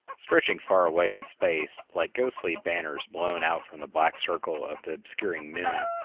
stretching far away in space, like ghostly banners blown out from the black circle of the obscuring moon,